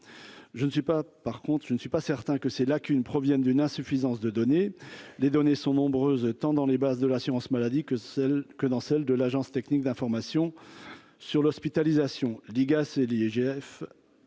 je ne suis pas certain que c'est là qu'une proviennent d'une insuffisance de données, les données sont nombreuses, tant dans les bases de l'assurance maladie que celle que dans celle de l'Agence technique d'information sur l'hospitalisation, l'IGAS et l'IGF